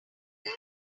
that